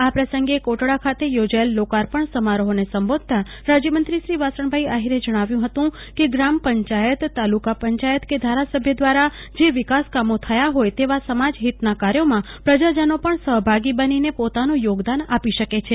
આ પ્રસંગે લક્ષ્મીનારાયણ ચોક કોટડા ખાતે યોજાયેલા લોકાર્પણ સમારોફને સંબોધતાં રાજ્યમંત્રી શ્રી વાસણભાઈ આહિરે જણાવ્યું હતું કે ગ્રામ પંચાયત તાલુકા પંચાયત કે ધારાસભ્ય દ્વારા જે વિકાસકામો થયા જોય તેવા સમાજજિતના કાર્યોમાં પ્રજાજનો પણ સફભાગી બનીને પોતાનું યોગદાન આપી શકે છે